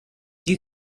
you